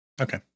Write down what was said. Okay